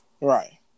Right